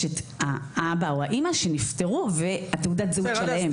יש את האבא או האימא שנפטרו ותעודת הזהות שלהם.